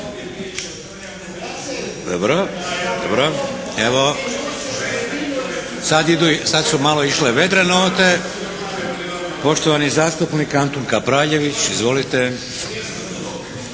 Dobro, dobro. Evo. Sad su malo išle vedre note. Poštovani zastupnik Antun Kapraljević. Izvolite.